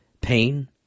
pain